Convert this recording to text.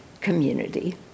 community